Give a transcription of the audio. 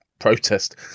protest